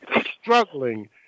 struggling